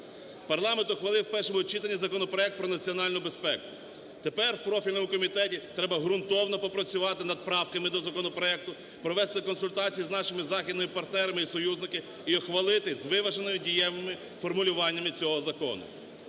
Парламент ухвалив в першому читанні законопроект про національну безпеку. Тепер в профільному комітеті треба ґрунтовно попрацювати над правками до законопроекту, провести консультації з нашими західними партнерами і союзниками і ухвалити з виваженими, дієвими формулюваннями цього закону.